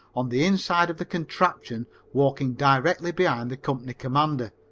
on the inside of the contraption walking directly behind the company commander.